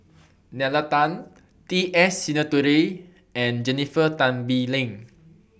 Nalla Tan T S Sinnathuray and Jennifer Tan Bee Leng